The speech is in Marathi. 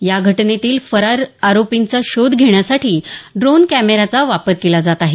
या घटनेतील फरार आरोपींचा शोध घेण्यासाठी ड्रोन कॅमेऱ्याचा वापर केला जात आहे